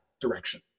direction